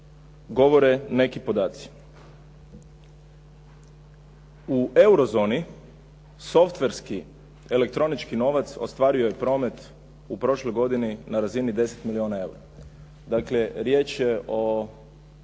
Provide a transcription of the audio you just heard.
govore neki podaci. U eurozoni softverski elektronički novac ostvario je promet u prošloj godini na razini 10 milijuna eura. Dakle, riječ je o